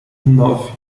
nove